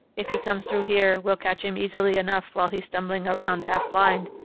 if he comes through here, we'll catch him easily enough while he's stumbling around half blind.